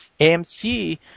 AMC